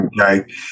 Okay